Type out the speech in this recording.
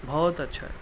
بہت اچھا ہے